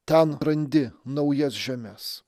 ten randi naujas žemes